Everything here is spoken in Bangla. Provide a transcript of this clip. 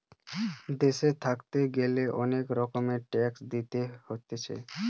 দেশে থাকতে গ্যালে অনেক রকমের ট্যাক্স দিতে হতিছে